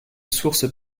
sources